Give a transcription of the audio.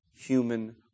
human